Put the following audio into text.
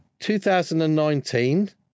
2019